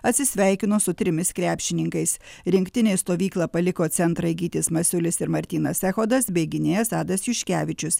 atsisveikino su trimis krepšininkais rinktinės stovyklą paliko centrai gytis masiulis ir martynas echodas bei gynėjas adas juškevičius